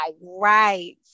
right